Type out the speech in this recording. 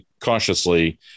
cautiously